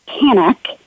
panic